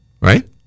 right